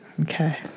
Okay